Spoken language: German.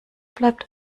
bleibt